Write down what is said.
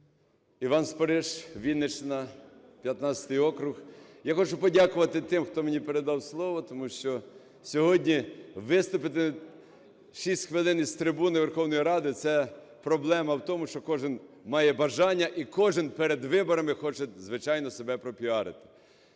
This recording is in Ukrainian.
Іван Спориш, Вінниччина, 15 округ. Я хочу подякувати тим, хто мені передав слово, тому що сьогодні виступити 6 хвилин з трибуни Верховної Ради – це проблема в тому, що кожен має бажання і кожен перед виборами хоче, звичайно, себе пропіарити.